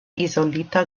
izolita